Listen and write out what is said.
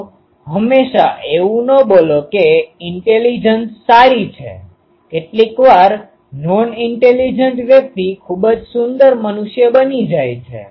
તો હંમેશાં એવું ન બોલો કે ઈન્ટેલીજન્સ સારી છે કેટલીકવાર નોન ઈન્ટેલીજન્ટ વ્યક્તિ ખૂબ જ સુંદર મનુષ્ય બની જાય છે